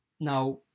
now